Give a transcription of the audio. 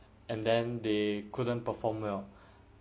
and then they couldn't perform well